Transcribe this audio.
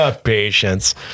patience